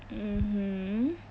mmhmm